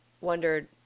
wondered